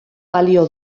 balio